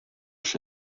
ist